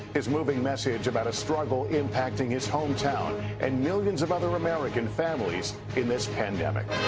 his moving message about a struggle impacting his hometown and millions of other american families in this pandemic.